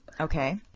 Okay